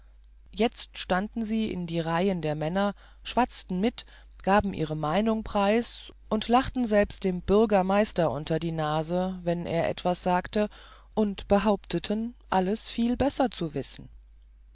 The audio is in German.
jetzt standen sie in die reihe der männer schwatzten mit gaben ihre meinung preis und lachten selbst dem bürgermeister unter die nase wenn er etwas sagte und behaupteten alles viel besser zu wissen